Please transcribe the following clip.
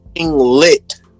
lit